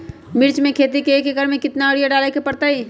मिर्च के खेती में एक एकर में कितना यूरिया डाले के परतई?